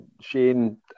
Shane